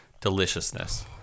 deliciousness